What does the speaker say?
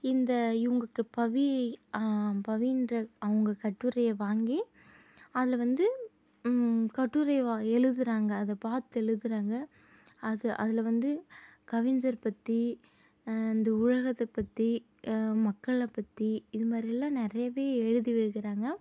இந்த இவங்கக்கு பவி பவின்ற அவங்க கட்டுரையை வாங்கி அதில் வந்து கட்டுரை எழுதுறாங்க அதை பார்த்து எழுதுறாங்க அது அதில் வந்து கவிஞர் பற்றி இந்த உலகத்தை பற்றி மக்களை பற்றி இதுமாதிரிலாம் நிறையவே எழுதி வைக்கிறாங்கள்